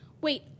Wait